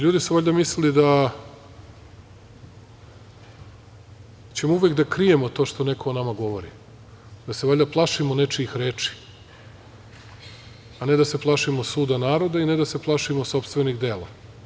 Ljudi su valjda mislili da ćemo uvek da krijemo to što neko o nama govori, da se valjda plašimo nečijih reči, a ne da se plašimo suda naroda i sopstvenog dela.